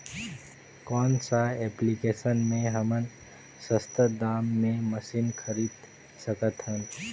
कौन सा एप्लिकेशन मे हमन सस्ता दाम मे मशीन खरीद सकत हन?